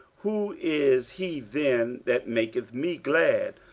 who is he then that maketh me glad,